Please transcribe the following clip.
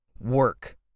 work